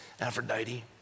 Aphrodite